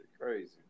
crazy